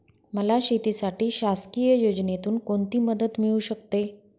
मला शेतीसाठी शासकीय योजनेतून कोणतीमदत मिळू शकते?